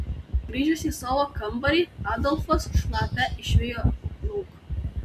grįžęs į savo kambarį adolfas šliapą išvijo lauk